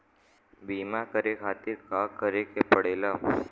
बीमा करे खातिर का करे के पड़ेला?